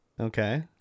Okay